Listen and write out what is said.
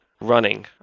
running